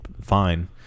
fine